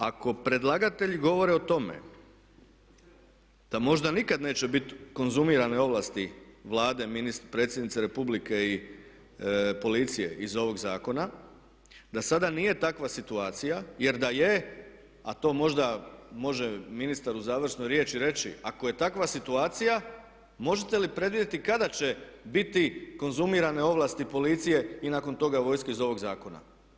Ako predlagatelji govore o tome da možda nikad neće biti konzumirane ovlasti Vlade, predsjednice Republike i policije iz ovog zakona da sada nije takva situacija jer da je a to možda može ministar u završnoj riječi reći ako je takva situacija možete li predvidjeti kada će biti konzumirane ovlasti policije i nakon toga vojske iz ovog zakona?